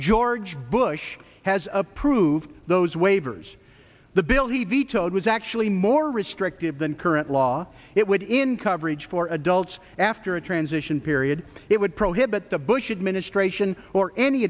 george bush has approved those waivers the bill he vetoed was actually more restrictive than current law it would in coverage for adults after a transition period it would prohibit the bush administration or any